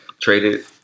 Traded